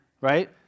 right